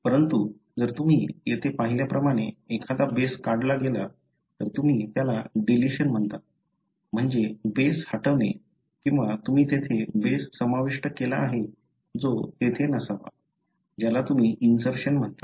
परंतु जर तुम्ही येथे पाहिल्याप्रमाणे एखादा बेस काढला गेला तर तुम्ही त्याला डिलिशन म्हणता म्हणजे बेस हटवणे किंवा तुम्ही तिथे बेस समाविष्ट केला आहे जो तेथे नसावा ज्याला तुम्ही इंसर्शन म्हणता